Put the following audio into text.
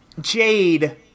Jade